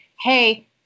hey